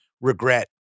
regret